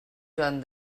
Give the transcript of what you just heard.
joan